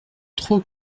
trop